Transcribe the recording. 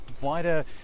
wider